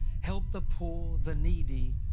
help the poor, the needy,